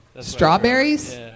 Strawberries